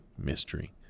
mystery